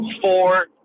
four